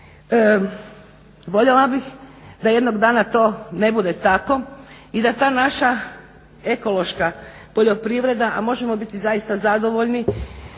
Voljela bih da jednog dana to ne bude tako i da ta naša ekološka poljoprivreda a možemo biti zaista zadovoljni